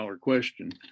question